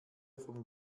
vom